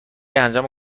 انجام